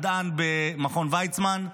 מדען במכון ויצמן,